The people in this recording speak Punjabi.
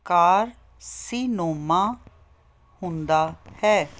ਕਾਰ ਸੀਨੋਮਾ ਹੁੰਦਾ ਹੈ